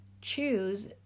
choose